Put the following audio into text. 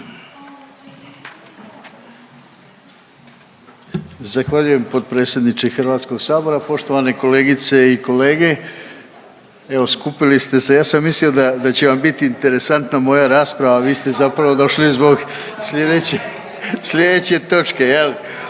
Zahvaljujem potpredsjedniče Hrvatskog sabora. Poštovane kolegice i kolege, evo skupili ste se. Ja sam mislio da će vam bi interesantna moja rasprava, a vi ste zapravo došli zbog slijedeće,